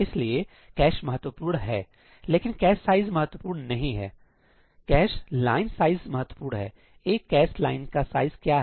इसलिए कैश महत्वपूर्ण है लेकिन कैश साइज महत्वपूर्ण नहीं है कैश लाइन साइज महत्वपूर्ण है एक कैश लाइन का साइज क्या है